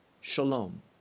Shalom